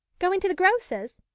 going to the grocer's?